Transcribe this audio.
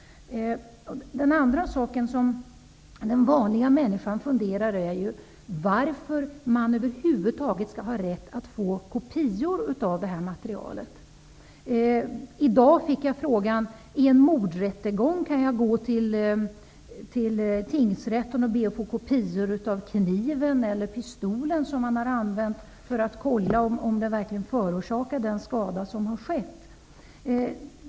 En annan sak som den vanliga människan funderar över är varför man överhuvudtaget skall ha rätt att få kopior av det här materialet. I dag fick jag frågan om man i samband med en mordrättegång kan vända sig till tingsrätten för att få kopior av kniven eller pistolen som har använts för att kontrollera om den verkligen har förorsakat den skada som har skett.